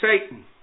Satan